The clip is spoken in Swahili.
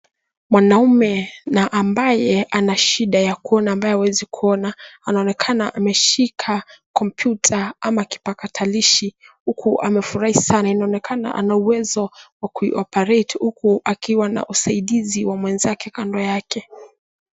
Mwanaume na ambaye ana shida ya kuona ambaye hawezi kuona anaonekana ameshika kompyuta ama kipakatalishi huku amefurahi sana. Inaonekana ana uwezo wa kuioperate huku akiwa na usaidizi wa mwenzake kando yake.